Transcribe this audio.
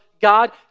God